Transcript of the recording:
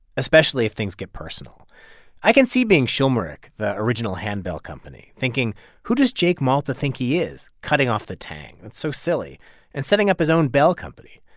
especially if things get personal i can see being schulmeich, the original handbell company, thinking who does jake malta think he is cutting off the tang that's so silly and setting up his own bell company?